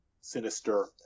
sinister